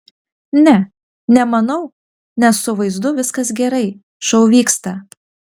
ne nemanau nes su vaizdu viskas gerai šou vyksta